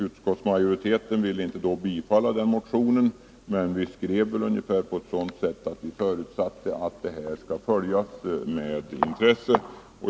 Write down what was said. Utskottsmajoriteten ville inte biträda motionen men förutsatte att frågan skulle följas med intresse.